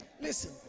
Listen